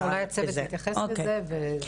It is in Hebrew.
אולי הצוות יתייחס לזה.